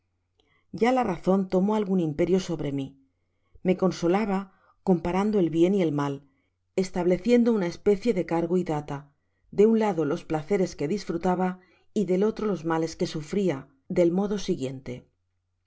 ya la razón tomó aigun imperio sobre mi me consolaba comparando el bien y el mal estableciendo una especie de cargo y data de un lado les placeres que disfrutaba y del otro los males que sufria del modo siguiente